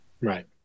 right